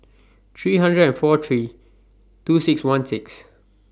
three hundred and four three two six one six